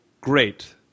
great